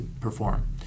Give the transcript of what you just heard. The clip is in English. perform